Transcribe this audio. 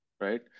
right